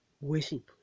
worship